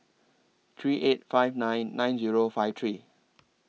three eight five nine nine Zero five three